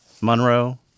Monroe